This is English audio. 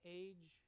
age